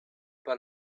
pas